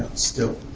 still.